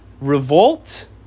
revolt